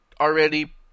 already